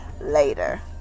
later